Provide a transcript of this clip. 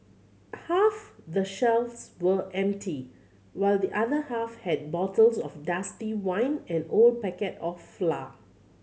half the shelves were empty while the other half had bottles of dusty wine and old packet of flour